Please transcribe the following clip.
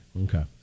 Okay